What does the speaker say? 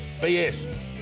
BS